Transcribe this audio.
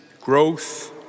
growth